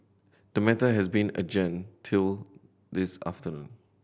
the matter has been adjourned till this afternoon